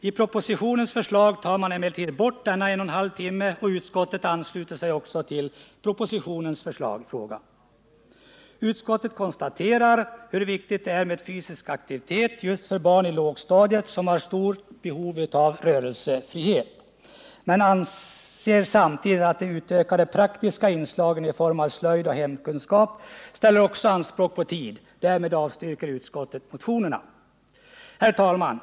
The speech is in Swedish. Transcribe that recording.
I propositionen tar man emellertid bort denna utökning, och utskottet ansluter sig också till propositionens förslag. Utskottet konstaterar hur viktigt det är med fysisk aktivitet just för barn i lågstadiet, som har stort behov av rörelsefrihet. Men utskottet anser samtidigt att de utökade praktiska inslagen i form av slöjd och hemkunskap också ställer anspråk på tid. Därmed avstyrker utskottet motionerna. Herr talman!